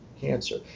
cancer